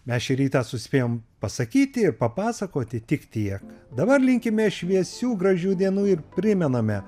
mes šį rytą suspėjom pasakyti ir papasakoti tik tiek dabar linkime šviesių gražių dienų ir primename